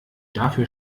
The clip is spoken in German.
dafür